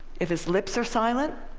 if his lips are silent,